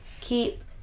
keep